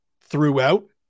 throughout